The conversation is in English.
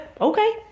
Okay